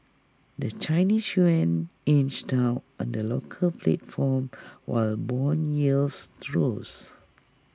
the Chinese Yuan inched down on the local platform while Bond yields rose